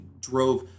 drove